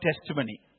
testimony